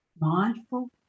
mindful